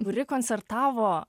kuri koncertavo